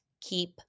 keep